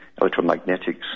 electromagnetics